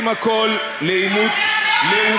יאללה, לך.